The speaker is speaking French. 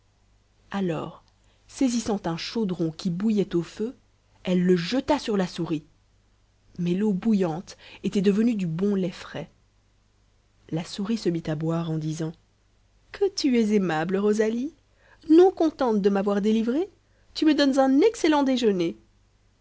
alors saisissant un chaudron qui bouillait au feu elle le jeta sur la souris mais l'eau bouillante était devenue du bon lait frais la souris se mit à boire en disant que tu es aimable rosalie non contente de m'avoir délivrée tu me donnes un excellent déjeuner